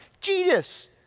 Jesus